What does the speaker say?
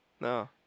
No